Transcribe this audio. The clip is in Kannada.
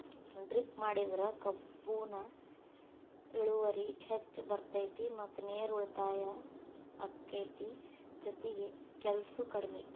ಡ್ರಿಪ್ ಮಾಡಿದ್ರ ಕಬ್ಬುನ ಇಳುವರಿ ಹೆಚ್ಚ ಬರ್ತೈತಿ ಮತ್ತ ನೇರು ಉಳಿತಾಯ ಅಕೈತಿ ಜೊತಿಗೆ ಕೆಲ್ಸು ಕಡ್ಮಿ